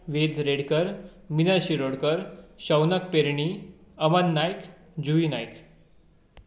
Ved Redkar Minal Shirodkar Shaunak Pirni Avan Naik Juvi Naik